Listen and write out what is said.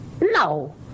no